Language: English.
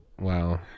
Wow